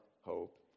hope